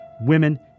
women